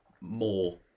more